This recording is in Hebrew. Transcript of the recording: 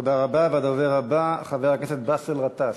תודה רבה, והדובר הבא, חבר הכנסת באסל גטאס.